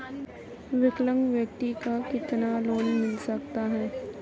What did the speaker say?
विकलांग व्यक्ति को कितना लोंन मिल सकता है?